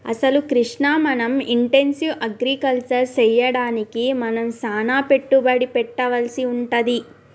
అసలు కృష్ణ మనం intensive agriculture సెయ్యడానికి మనం సానా పెట్టుబడి పెట్టవలసి వుంటది